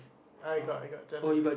I got I got jealous